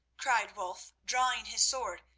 cried wulf, drawing his sword.